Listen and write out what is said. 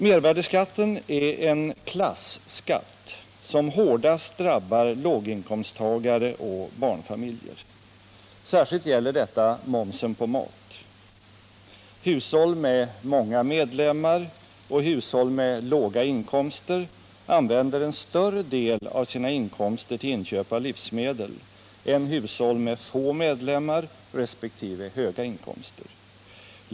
Mervärdeskatten är en klasskatt, som hårdast drabbar låginkomsttagare och barnfamiljer. Särskilt gäller detta momsen på mat. Hushåll med många medlemmar och hushåll med låga inkomster använder en större del av sina inkomster till inköp av livsmedel än hushåll med få medlemmar resp. höga inkomster.